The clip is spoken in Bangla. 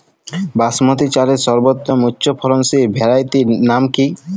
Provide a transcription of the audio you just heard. বাসমতী চালের সর্বোত্তম উচ্চ ফলনশীল ভ্যারাইটির নাম কি?